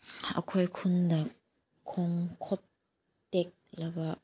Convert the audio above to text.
ꯑꯩꯈꯣꯏ ꯈꯨꯟꯗ ꯈꯣꯡ ꯈꯨꯠ ꯇꯦꯛꯂꯕ